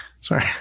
Sorry